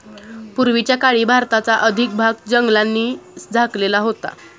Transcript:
पूर्वीच्या काळी भारताचा अधिक भाग जंगलांनी झाकलेला होता